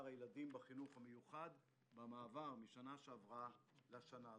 הילדים בחינוך המיוחד במעבר מן השנה שעברה לשנה הזו.